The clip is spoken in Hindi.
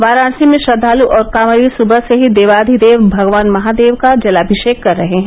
वाराणसी में श्रद्धालू और कॉवरिये सुबह से ही देवाधिदेव भगवान महादेव का जलाभि ीक कर रहे हैं